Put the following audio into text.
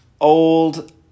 old